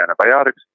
antibiotics